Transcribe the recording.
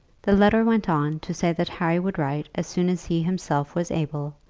the letter went on to say that harry would write as soon as he himself was able,